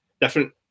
different